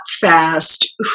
fast